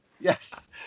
Yes